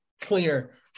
clear